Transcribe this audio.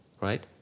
right